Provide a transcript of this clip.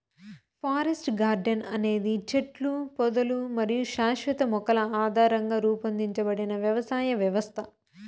forest garden అనేది చెట్లు, పొదలు మరియు శాశ్వత మొక్కల ఆధారంగా రూపొందించబడిన వ్యవసాయ వ్యవస్థ